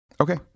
Okay